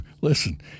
listen